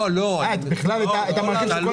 איך אנחנו נוכל לעודד אותך, תומר, להגיע לשם?